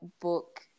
book –